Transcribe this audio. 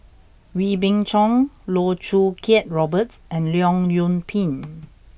Wee Beng Chong Loh Choo Kiat Robert and Leong Yoon Pin